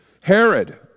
Herod